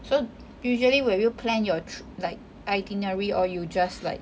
so usually will you plan your tri~ like itinerary or you just like